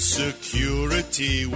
security